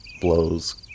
blows